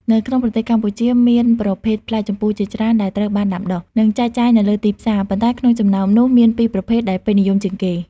នៅក្នុងប្រទេសកម្ពុជាមានប្រភេទផ្លែជម្ពូជាច្រើនដែលត្រូវបានដាំដុះ និងចែកចាយនៅលើទីផ្សារ ប៉ុន្តែក្នុងចំណោមនោះមានពីរប្រភេទដែលពេញនិយមជាងគេ។